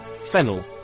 fennel